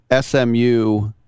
SMU